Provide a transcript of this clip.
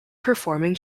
performing